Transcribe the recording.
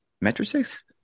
metrics